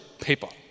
people